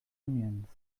onions